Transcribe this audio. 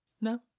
No